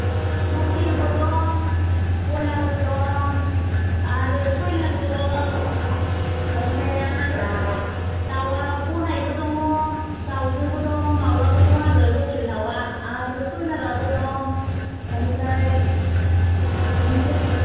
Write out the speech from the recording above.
लकेलबो दं बयलारबो दं आरो सयलारबो दं आमफ्राय आरो दाउआ गनायबो दं दाउजोबो दं दाउलाबो दं आरो लकेल दाउआ आरो सयलाराबो दं बेनिफ्राय बिदिनो